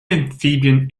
amphibian